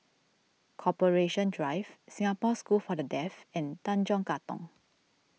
Corporation Drive Singapore School for the Deaf and Tanjong Katong